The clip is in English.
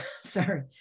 sorry